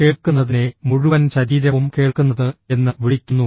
കേൾക്കുന്നതിനെ മുഴുവൻ ശരീരവും കേൾക്കുന്നത് എന്ന് വിളിക്കുന്നു